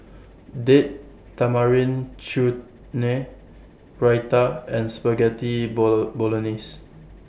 Date Tamarind Chutney Raita and Spaghetti Bolognese